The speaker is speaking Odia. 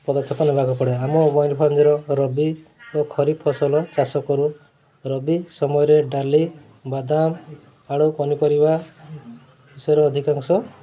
ପଦକ୍ଷେପ ନେବାକୁ ପଡ଼େ ଆମ ମୋବାଇଲ୍ ଫୋନ୍ର ରବି ଓ ଖରିପ୍ ଫସଲ ଚାଷ କରୁ ରବି ସମୟରେ ଡାଲି ବାଦାମ ଆଳୁ ପନିପରିବା ବିଷୟରେ ଅଧିକାଂଶ